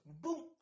boom